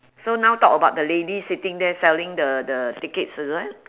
so now talk about the lady sitting there selling the the tickets is it